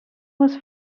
was